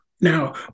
Now